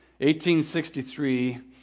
1863